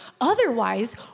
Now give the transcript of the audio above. Otherwise